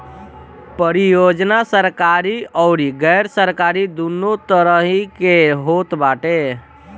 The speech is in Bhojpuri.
परियोजना सरकारी अउरी गैर सरकारी दूनो तरही के होत बाटे